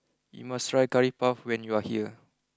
you must try Curry Puff when you are here